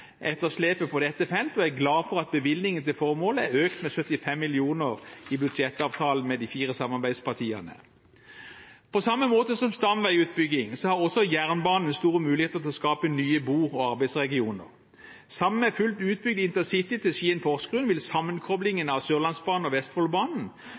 etterslepet på dette feltet, og jeg er glad for at bevilgningen til formålet er økt med 75 mill. kr i budsjettavtalen med de fire samarbeidspartiene. På samme måte som stamveiutbygging har også jernbanen store muligheter til å skape nye bo- og arbeidsregioner. Sammen med fullt utbygd InterCity til Skien–Porsgrunn vil sammenkoblingen av Sørlandsbanen og Vestfoldbanen